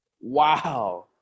Wow